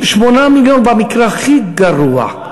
8 מיליון במקרה הכי גרוע.